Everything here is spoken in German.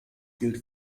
gilt